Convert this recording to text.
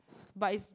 but is